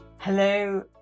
Hello